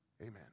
Amen